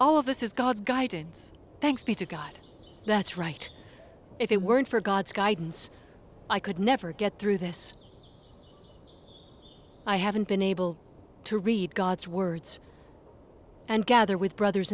of this is god's guidance thanks be to god that's right if it weren't for god's guidance i could never get through this i haven't been able to read god's words and gather with brothers